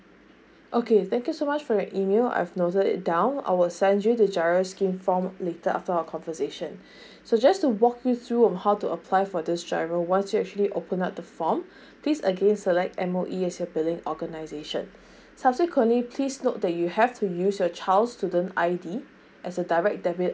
okay thank you so much for your email I've noted it down I will send you the giro scheme form later after our conversation so just to walk you through on how to apply for this giro once you have actually open up the form please again select M_O_E as your billing organisation subsequently please note that you have to use your child's student I_D as a direct debit